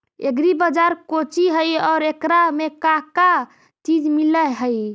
Agri बाजार कोची हई और एकरा में का का चीज मिलै हई?